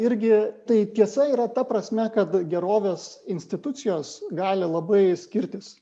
irgi tai tiesa yra ta prasme kad gerovės institucijos gali labai skirtis